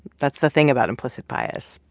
that's the thing about implicit bias.